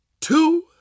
two